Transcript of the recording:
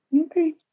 Okay